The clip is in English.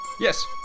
Yes